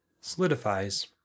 solidifies